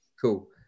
Cool